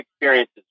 experiences